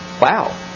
wow